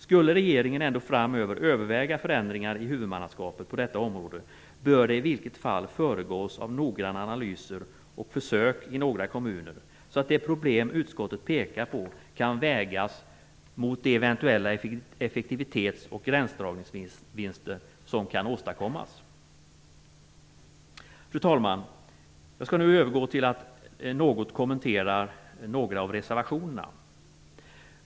Skulle regeringen ändå framöver överväga förändringar i huvudmannaskapet på detta område bör det i varje fall föregås av noggranna analyser och försök i några kommuner, så att de problem utskottet pekar på kan vägas mot de eventuella effektivitetsoch gränsdragningsvinster som kan åstadkommas. Fru talman! Jag skall nu övergå till att något kommentera några av reservationerna.